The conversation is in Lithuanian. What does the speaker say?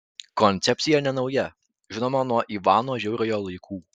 koncepcija nenauja žinoma nuo ivano žiauriojo laikų